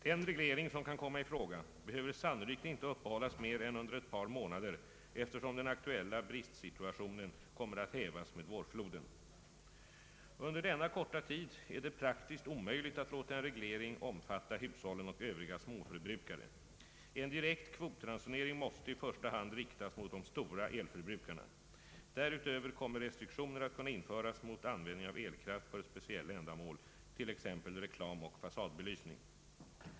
Den reglering som kan komma i fråga behöver sannolikt inte uppehållas mer än under ett par månader eftersom den aktuella bristsituationen kommer att hävas med vårfloden. Under denna korta tid är det praktiskt omöjligt att låta en reglering omfatta hushållen och övriga småförbrukare. En direkt kvotransonering måste i första hand riktas mot de stora elförbrukarna. Därutöver kommer restriktioner att kunna införas mot användning av elkraft för speciella ändamål, t.ex. reklamoch fasadbelysning.